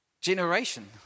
generation